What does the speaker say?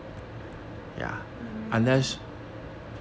um